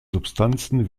substanzen